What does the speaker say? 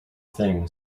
thing